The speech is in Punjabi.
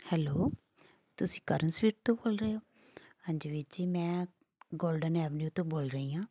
ਹੈਲੋ ਤੁਸੀਂ ਕਰਨ ਸਵੀਟ ਤੋਂ ਬੋਲ ਰਹੇ ਹੋ ਹਾਂਜੀ ਵੀਰ ਜੀ ਮੈਂ ਗੋਲਡਨ ਐਵਨਿਊ ਤੋਂ ਬੋਲ ਰਹੀ ਹਾਂ